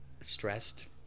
stressed